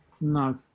No